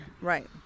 Right